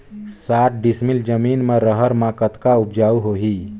साठ डिसमिल जमीन म रहर म कतका उपजाऊ होही?